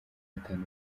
batanu